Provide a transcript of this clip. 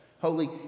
Holy